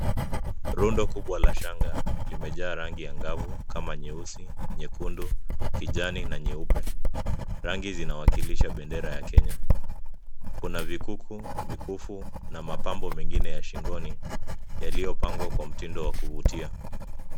Rundo kubwa la shanga limejaa rangi angavu kama nyeusi, nyekundu, kijani na nyeupe. Rangi zinawakilisha bendera ya Kenya. Kuna vikuku, mikufu na mapambo mengine ya shingoni yaliyopangwa kwa mtindo wa kuvutia.